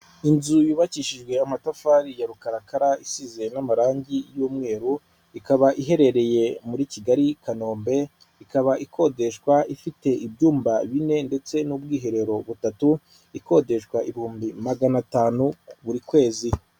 Inzu yubakishijwe amatafari ya rukarakara isize n'amarangi y'umweru, ikaba iherereye muri Kigali Kanombe ikaba ikodeshwa ifite ibyumba bine ndetse n'ubwiherero butatu, ikodeshwa ibihumbi magana atanu buri kwezi.